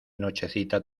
nochecita